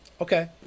Okay